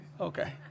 okay